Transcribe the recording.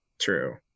True